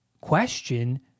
Question